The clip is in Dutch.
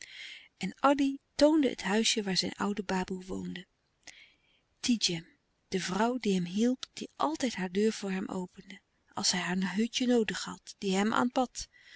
en addy toonde het huisje waar zijn oude baboe woonde louis couperus de stille kracht tidjem de vrouw die hem hielp die altijd haar deur voor hem opende als hij haar hutje noodig had die hem aanbad